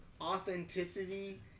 authenticity